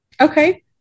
Okay